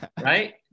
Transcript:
right